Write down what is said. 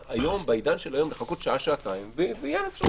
בעידן של היום אפשר לחכות שעה-שעתיים ותהיה אפשרות.